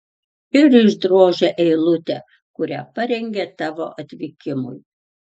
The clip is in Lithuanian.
ir išdrožia eilutę kurią parengė tavo atvykimui